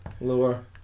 Lower